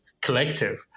collective